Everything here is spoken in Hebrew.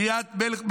קריית מלך,